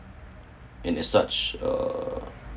in a such uh